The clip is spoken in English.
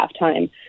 halftime